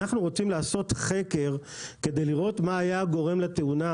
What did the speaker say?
אנחנו רוצים לעשות חקר כדי לראות מה היה הגורם לתאונה.